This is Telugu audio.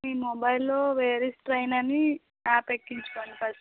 మీ మొబైల్లో వేర్ ఈజ్ ట్రైన్ అని యాప్ ఎక్కించుకోండి ఫస్ట్